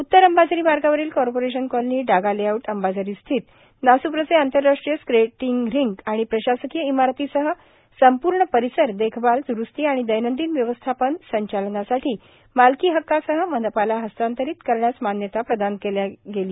उत्तर अंबाझरी मार्गावरील corporation colony Daga layout Ambazari स्थित नास्प्रचे आंतरराष्ट्रीय स्केटींग रिंग आणि प्रशासकीय इामरतीसह संपूर्ण परिसर देखभाल दुरूस्ती आणि दैनंदिन व्यवस्थापनसंचालनासाठी मालकी हक्कासह मनपाला हस्तांतरीत करण्यास मान्यता प्रदान केली